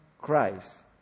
Christ